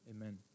Amen